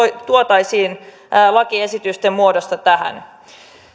tuotaisiin lakiesitysten muodossa tähän